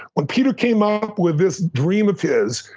when peter came up with this dream of his,